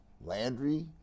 Landry